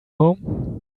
home